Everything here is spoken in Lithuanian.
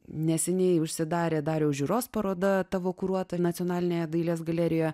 neseniai užsidarė dariaus žiūros paroda tavo kuruota nacionalinėje dailės galerijoje